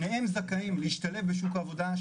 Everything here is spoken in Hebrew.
שניהם זכאים להשתלב בשוק העבודה,